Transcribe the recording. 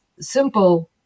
simple